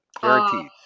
Guaranteed